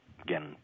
again